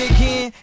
Again